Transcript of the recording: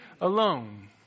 alone